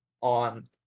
on